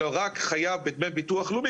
אלא רק חייב בדמי ביטוח לאומי,